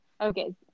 Okay